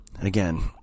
again